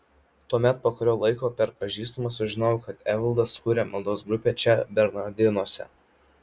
tuomet po kurio laiko per pažįstamą sužinojau kad evaldas kuria maldos grupę čia bernardinuose